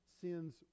sins